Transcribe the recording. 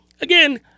Again